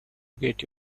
get